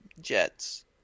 jets